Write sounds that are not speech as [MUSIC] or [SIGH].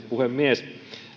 [UNINTELLIGIBLE] puhemies